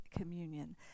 communion